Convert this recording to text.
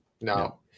no